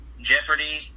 Jeopardy